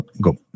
Go